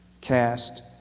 cast